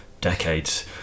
decades